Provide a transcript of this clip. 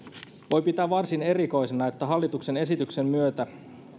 voi pitää varsin erikoisena että hallituksen esityksen myötä